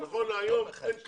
נכון להיום אין כלום,